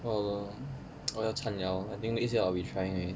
oh no 我要惨了 I think next year I'll be trying already